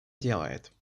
делает